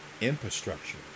infrastructure